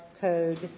code